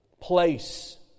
Place